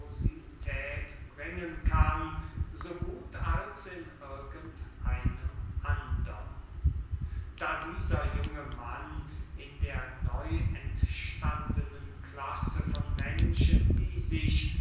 bringen kann so gut als in irgend einem andern da dieser junge mann in der neuentstandenen klasse von menschen die sich